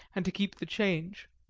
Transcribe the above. and to keep the change.